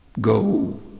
go